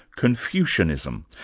confucianism,